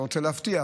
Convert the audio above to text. לא רוצה להבטיח,